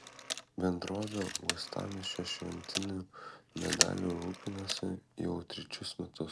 bendrovė uostamiesčio šventiniu medeliu rūpinasi jau trečius metus